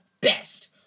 best